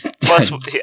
plus